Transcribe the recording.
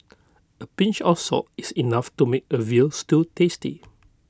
A pinch of salt is enough to make A Veal Stew tasty